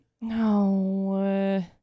No